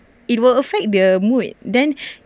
it will affect the mood then